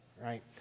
right